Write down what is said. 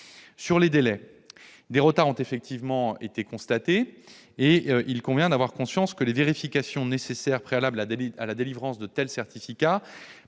les délais, des retards ont effectivement été constatés. Il convient d'avoir conscience que les vérifications nécessaires préalables à la délivrance de tels certificats